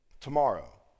tomorrow